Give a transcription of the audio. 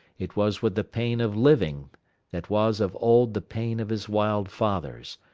it was with the pain of living that was of old the pain of his wild fathers,